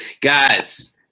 Guys